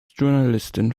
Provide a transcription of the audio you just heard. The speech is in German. journalistin